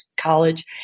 college